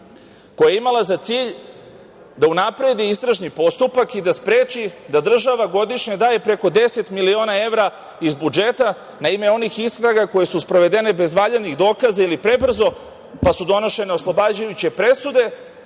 koja je imala za cilj da unapredi istražni postupak i da spreči da država godišnje daje preko 10 miliona evra iz budžeta na ime onih istraga koje su sprovedene bez valjanih dokaza ili prebrzo, pa su donošene oslobađajuće presude,